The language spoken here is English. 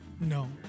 No